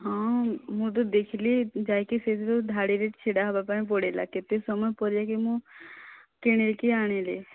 ହଁ ମୁଁ ତ ଦେଖିଲି ଯାଇକି ସେହିଠି ସବୁ ଧାଡ଼ିରେ ଛିଡ଼ା ହେବା ପାଇଁ ପଡ଼ିଲା କେତେ ସମୟ ପରେ ଯାଇକି ମୁଁ କିଣିକି ଆଣିଲି